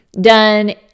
done